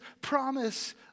promise